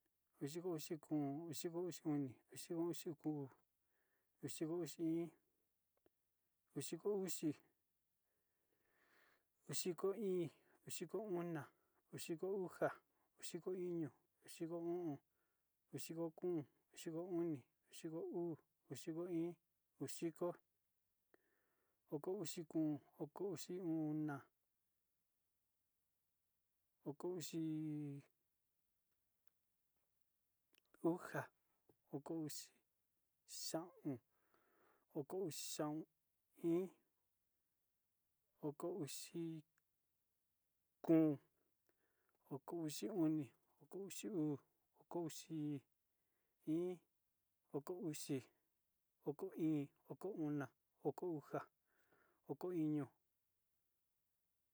Udiko uxi kóo, udiko uxi oni, udiko uxi kóo, udiko uxi iin, udiko uxi, udiko íín, udiko ona, udiko uxa, udiko iño, udiko o'on, udiko kóo, udiko oni, udiko o'on, udiko iin, udiko, udiko kóon, oko uxi ona, oko uxi uxa, oko uxi xaón, oko uxi iin, oko uxi kóo, oki uxi oni, oko uxi uu, oko uxi iin, oko uxi, oko uxi íín, oko ana, oko uxa, oko iño.